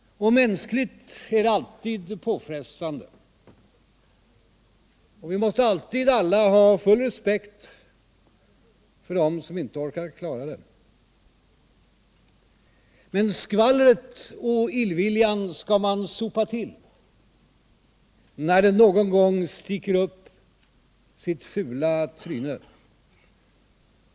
Mänskligt är det alltid påfrestande, och vi måste därför alla ha full respekt för dem som inte orkar klara situationen, men skvallret och illviljan skall man so pa till när de någon gång sticker upp sina fula trynen.